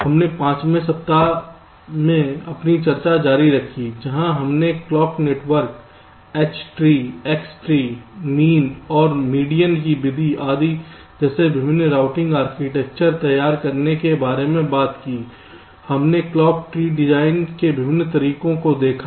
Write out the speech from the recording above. हमने 5 बे सप्ताह में अपनी चर्चा जारी रखी जहां हमने clock network H tree X tree mean और मीडियन की विधि आदि जैसे विभिन्न रूटिंग आर्किटेक्चर तैयार करने के बारे में बात की और हमने क्लॉक ट्री डिजाइन के विभिन्न तरीकों को देखा